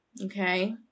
Okay